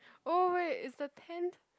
oh wait is the tent